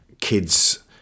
kids